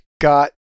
got